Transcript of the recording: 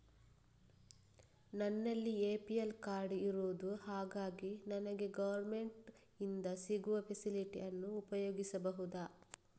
ನನ್ನಲ್ಲಿ APL card ಇರುದು ಹಾಗಾಗಿ ನನಗೆ ಗವರ್ನಮೆಂಟ್ ಇಂದ ಸಿಗುವ ಫೆಸಿಲಿಟಿ ಅನ್ನು ಉಪಯೋಗಿಸಬಹುದಾ?